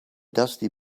dusty